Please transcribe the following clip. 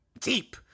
Deep